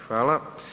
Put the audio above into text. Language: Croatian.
Hvala.